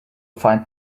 find